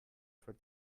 for